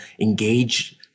engage